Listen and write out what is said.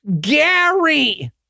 Gary